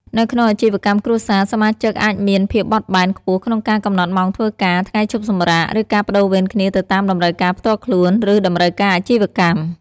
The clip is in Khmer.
នៅក្នុងអាជីវកម្មគ្រួសារ សមាជិកអាចមានភាពបត់បែនខ្ពស់ក្នុងការកំណត់ម៉ោងធ្វើការ ថ្ងៃឈប់សម្រាក ឬការប្តូរវេនគ្នាទៅតាមតម្រូវការផ្ទាល់ខ្លួន ឬតម្រូវការអាជីវកម្ម។